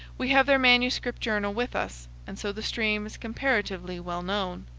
we have their manuscript journal with us, and so the stream is comparatively well known.